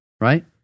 Right